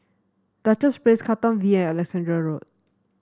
Duchess Place Katong V and Alexandra Road